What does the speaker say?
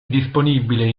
disponibile